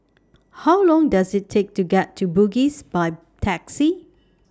How Long Does IT Take to get to Bugis By Taxi